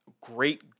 great